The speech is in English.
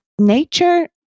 nature